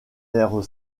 air